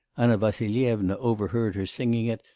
anna vassilyevna overheard her singing it,